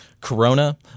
Corona